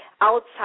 outside